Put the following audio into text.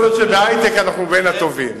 יכול להיות שבהיי-טק אנחנו בין הטובים,